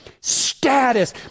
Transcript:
status